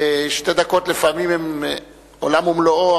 לפעמים שתי דקות הן עולם ומלואו,